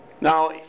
Now